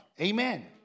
Amen